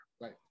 Right